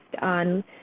on